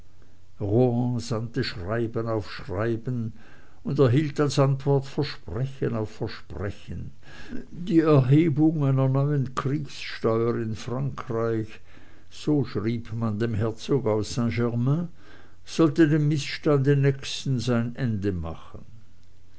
schreiben auf schreiben und erhielt als antwort versprechen auf versprechen die erhebung einer neuen kriegssteuer in frankreich so schrieb man dem herzog aus st germain sollte dem mißstande nächstens ein ende machen